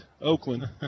Oakland